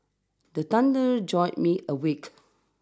the thunder jolt me awake